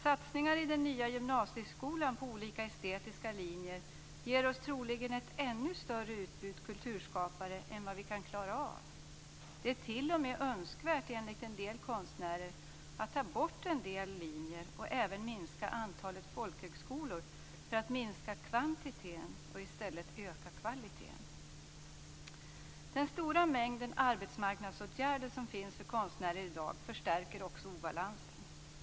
Satsningar i den nya gymnasieskolan på olika estetiska linjer ger oss troligen ett ännu större utbud kulturskapare än vad vi kan klara av. Det är enligt en del konstnärer t.o.m. önskvärt att ta bort en del linjer och även minska antalet folkhögskolor. Detta skulle minska kvantiteten och i stället öka kvaliteten. Den stora mängden arbetsmarknadsåtgärder som finns för konstnärer i dag förstärker också obalansen.